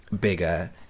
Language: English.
bigger